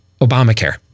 Obamacare